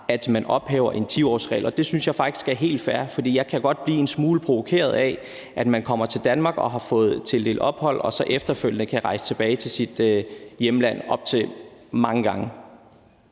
at man ophæver en 10-årsregel, og det synes jeg faktisk er helt fair, for jeg kan godt blive en smule provokeret af, at man kommer til Danmark og har fået tildelt ophold her og så efterfølgende kan rejse tilbage til sit hjemland mange gange.